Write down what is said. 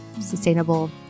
sustainable